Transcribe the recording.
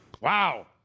Wow